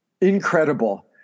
incredible